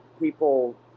people